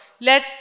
let